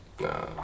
Nah